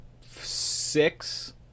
six